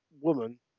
woman